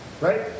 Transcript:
right